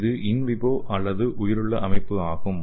இது in vivo அதாவது உயிருள்ள அமைப்பு ஆகும்